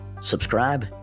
subscribe